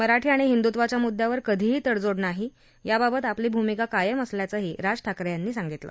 मराठी आणि हिंदुत्वाच्या मुद्यावर कधीही तडजोड नाही याबाबत आपली भूमिका कायम असल्याचंही राज ठाकरे यांनी सांगितलं